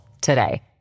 today